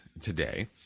today